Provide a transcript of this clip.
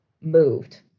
moved